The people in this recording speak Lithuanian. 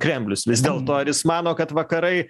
kremlius vis dėlto ar jis mano kad vakarai